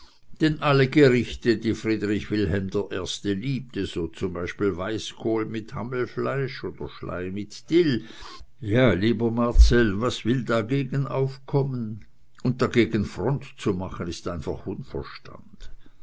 denn alle gerichte die friedrich wilhelm i liebte so zum beispiel weißkohl mit hammelfleisch oder schlei mit dill ja lieber marcell was will da gegen aufkommen und dagegen front zu machen ist einfach unverstand